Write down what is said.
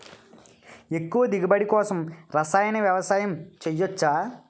ఎక్కువ దిగుబడి కోసం రసాయన వ్యవసాయం చేయచ్చ?